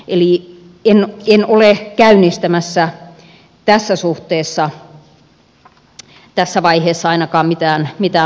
eli en ole käynnistämässä tässä suhteessa tässä vaiheessa ainakaan mitään lakimuutoksia